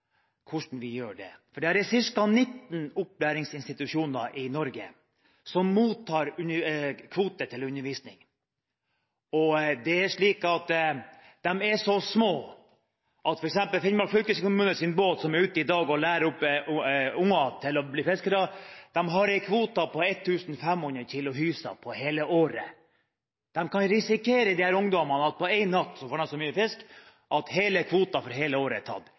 hvordan vi gjør det. Det er ca. 19 opplæringsinstitusjoner i Norge som mottar kvote til undervisning. De kvotene er så små at f.eks. Finnmark fylkeskommunes båt, som i dag er ute og lærer opp ungdommen til å bli fiskere, har en kvote på 1 500 kg hyse for hele året. Ungdommene kan risikere at de på én natt får så mye fisk at kvoten får hele året blir tatt. Det er